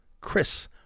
Chris